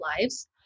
lives